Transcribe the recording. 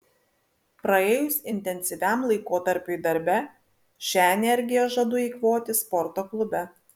praėjus intensyviam laikotarpiui darbe šią energiją žadu eikvoti sporto klube